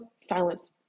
silence